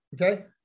okay